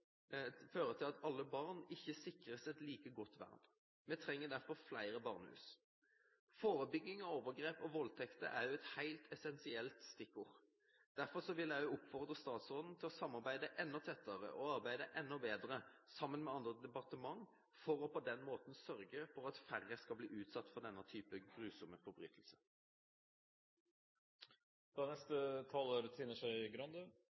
barn sikres et like godt vern. Vi trenger derfor flere barnehus. Forebygging av overgrep og voldtekter er et helt essensielt stikkord. Derfor vil jeg oppfordre statsråden til å samarbeide enda tettere – og arbeide enda bedre – med andre departement for på den måten å sørge for at færre blir utsatt for denne typen grusomme